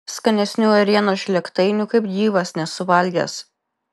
skanesnių ėrienos žlėgtainių kaip gyvas nesu valgęs